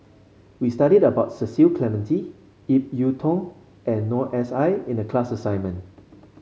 we studied about Cecil Clementi Ip Yiu Tung and Noor S I in the class assignment